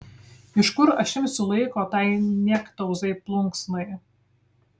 iš kur aš imsiu laiko tai niektauzai plunksnai